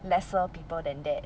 lesser people than that